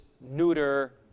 neuter